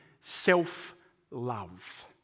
self-love